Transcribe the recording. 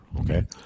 Okay